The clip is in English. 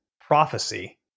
prophecy